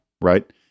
right